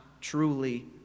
truly